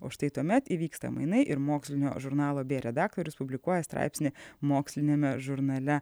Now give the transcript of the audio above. o štai tuomet įvyksta mainai ir mokslinio žurnalo b redaktorius publikuoja straipsnį moksliniame žurnale